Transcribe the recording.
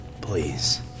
Please